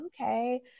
okay